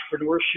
entrepreneurship